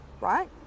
right